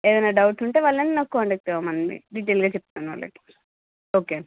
ఏదయినా డౌటుంటే వాళ్ళని నాకు కాంటాక్ట్ అవ్వమనండి డీటెయిల్గా చెప్తాను వాళ్ళకి ఓకే